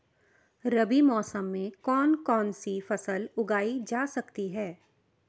रबी मौसम में कौन कौनसी फसल उगाई जा सकती है?